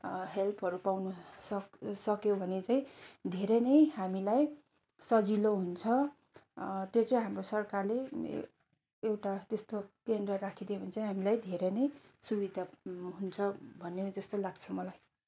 हेल्पहरू पाउनु सक्यो भने चाहिँ धेरै नै हामीलाई सजिलो हुन्छ त्यो चाहिँ हाम्रो सरकारले एउटा त्यस्तो केन्द्र राखिदियो भने चाहिँ हामीलाई धेरै नै सुविधा हुन्छ भन्ने जस्तो लाग्छ मलाई